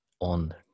on